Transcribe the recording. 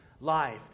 life